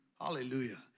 Hallelujah